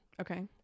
Okay